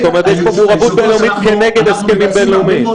וזאת בהתאם להסכמים.